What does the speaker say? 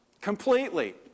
Completely